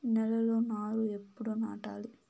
నేలలో నారు ఎప్పుడు నాటాలి?